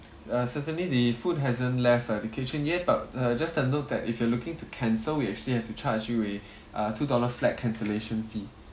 uh certainly the food hasn't left uh the kitchen yet but uh just a note that if you're looking to cancel we actually have to charge you a uh two dollar flat cancellation fee